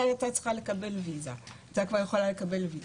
היא הייתה כבר יכולה לקבל ויזה.